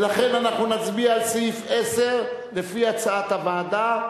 ולכן אנחנו נצביע על סעיף 10 לפי הצעת הוועדה,